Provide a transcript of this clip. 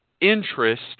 interest